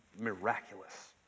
miraculous